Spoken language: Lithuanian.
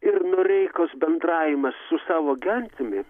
ir noreikos bendravimas su savo gentimi